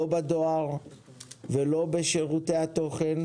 לא בדואר ולא בשירותי התוכן,